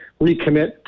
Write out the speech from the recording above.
recommit